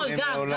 הכל, גם.